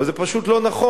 אבל זה פשוט לא נכון.